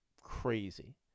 crazy